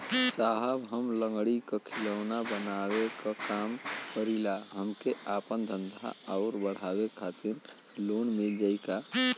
साहब हम लंगड़ी क खिलौना बनावे क काम करी ला हमके आपन धंधा अउर बढ़ावे के खातिर लोन मिल जाई का?